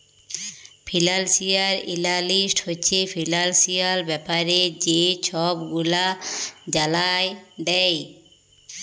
financial analyst হছে financial ব্যাপারে যে ছব গুলা জালায় দেই